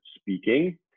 speaking